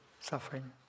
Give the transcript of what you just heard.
suffering